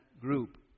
group